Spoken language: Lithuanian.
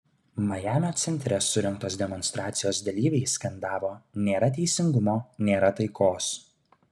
majamio centre surengtos demonstracijos dalyviai skandavo nėra teisingumo nėra taikos